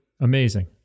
Amazing